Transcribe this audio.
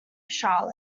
charlotte